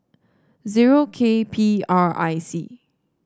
zero K P R I C